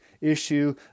Issue